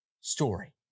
story